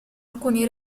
alcuni